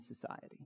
society